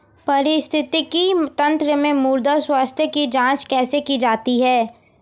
पारिस्थितिकी तंत्र में मृदा स्वास्थ्य की जांच कैसे की जाती है?